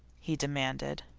he demanded.